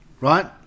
right